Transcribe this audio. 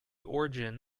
origin